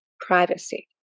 Privacy